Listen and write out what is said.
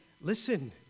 listen